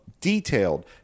detailed